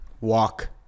Walk